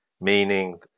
meaning